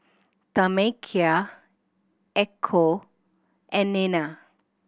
Tamekia Echo and Nena